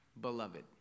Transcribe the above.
beloved